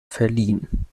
verliehen